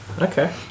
Okay